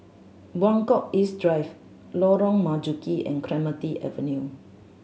Buangkok East Drive Lorong Marzuki and Clementi Avenue